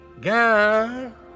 Girl